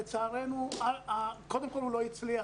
לצערנו הוא לא הצליח.